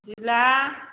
बिदिब्ला